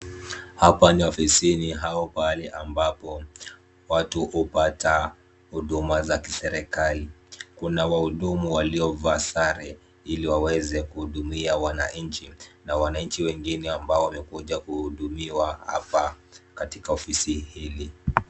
Hapa ni afisini au pahali ambapo watu hupata huduma za kiserikali. Kuna wahudumu waliovaa sare ili waweze kuhudumia wananchi na wananchi wengine ambao wamekuja kuhudumiwa hapa katika ofisi hili.